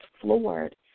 floored